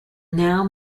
now